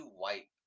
wipe